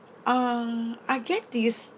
uh I get these